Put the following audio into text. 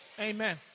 Amen